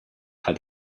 had